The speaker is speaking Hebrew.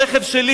הרכב שלי,